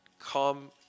come